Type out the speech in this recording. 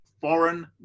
foreign